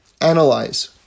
analyze